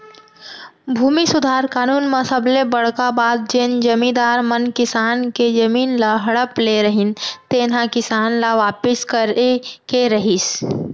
भूमि सुधार कानून म सबले बड़का बात जेन जमींदार मन किसान के जमीन ल हड़प ले रहिन तेन ह किसान ल वापिस करे के रहिस